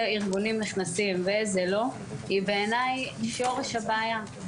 ארגונים נכנסים ואיזה לא היא בעיניי שורש הבעיה.